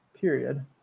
period